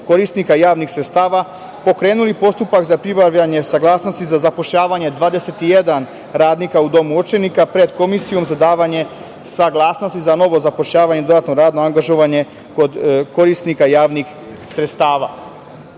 korisnika javnih sredstava pokrenuo i postupak za pribavljanje saglasnosti za zapošljavanje 21 radnika u domu učenika pred Komisijom za davanje saglasnosti za novo zapošljavanje i dodatno radno angažovanje kod korisnika javnih